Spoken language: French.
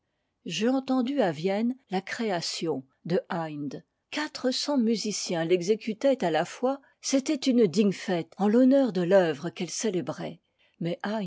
j'ai entendu à vienne la création de haydn quatre cents musiciens l'exécutaient à la fois c'était une digne fête en l'honneur de t'œuvre qu'elle célébrait mais